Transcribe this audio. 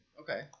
Okay